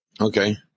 Okay